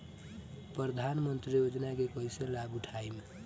प्रधानमंत्री योजना के कईसे लाभ उठाईम?